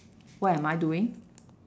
what am I doing